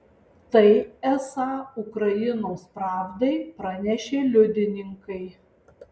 tai esą ukrainos pravdai pranešė liudininkai